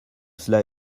cela